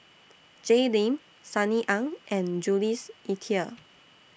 Jay Lim Sunny Ang and Jules Itier